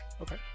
Okay